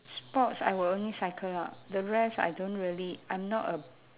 sports I will only cycle lah the rest I don't really I'm not a